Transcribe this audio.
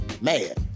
mad